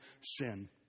sin